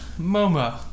Momo